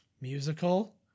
musical